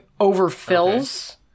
overfills